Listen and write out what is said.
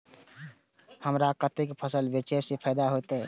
हमरा कते फसल बेचब जे फायदा होयत?